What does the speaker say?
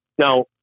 Now